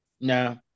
No